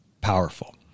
powerful